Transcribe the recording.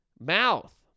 mouth